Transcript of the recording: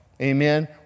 Amen